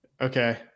okay